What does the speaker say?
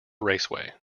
raceway